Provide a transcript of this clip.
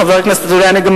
חבר הכנסת אזולאי,